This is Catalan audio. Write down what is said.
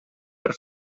per